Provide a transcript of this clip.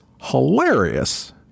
hilarious